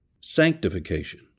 sanctification